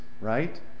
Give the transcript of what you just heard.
right